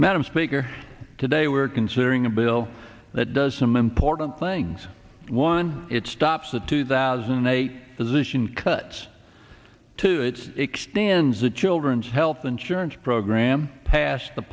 madam speaker today we're considering a bill that does some important things one it stops the two thousand and eight position cuts to its extends the children's health insurance program past the